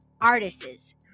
artists